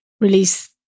release